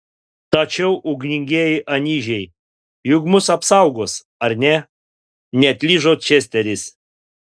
tačiau ugningieji anyžiai juk mus apsaugos ar ne neatlyžo česteris